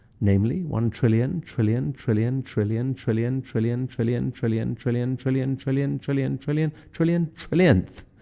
namely, one trillion trillion trillion trillion trillion trillion trillion trillion trillion trillion trillion trillion trillion trillion trillionth.